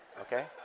okay